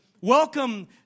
Welcome